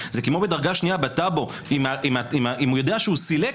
זה כמו בדרגה שנייה בטאבו אם הוא יודע שהוא סילק,